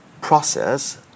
process